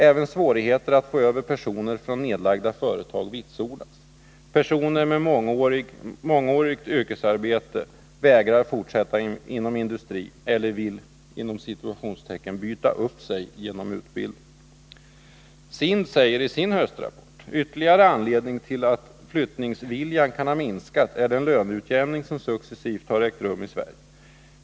Även svårigheter att få över personer från nedlagda företag vitsordas. Personer med mångårigt yrkesarbete vägrar fortsätta inom industrin eller vill byta upp sig genom utbildning.” SIND säger sin höstrapport: ”Ytterligare anledning till att flyttningsviljan kan ha minskat är den löneutjämning som successivt har ägt rum i Sverige.